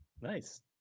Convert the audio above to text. Nice